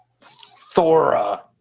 Thora